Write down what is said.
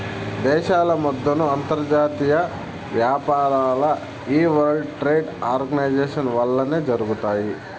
దేశాల మద్దెన అంతర్జాతీయ యాపారాలు ఈ వరల్డ్ ట్రేడ్ ఆర్గనైజేషన్ వల్లనే జరగతాయి